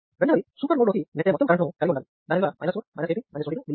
రెండవది సూపర్ నోడ్లోకి నెట్టే మొత్తం కరెంట్ను కలిగి ఉండాలి దాని విలువ 4 18 22 milli amperes